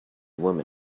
woman